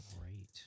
great